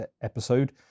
episode